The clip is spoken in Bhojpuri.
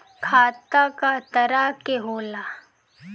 खाता क तरह के होला?